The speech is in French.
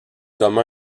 comme